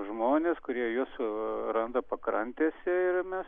žmonės kurie juos randa pakrantėse ir mes